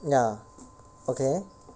ya okay